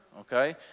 Okay